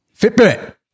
Fitbit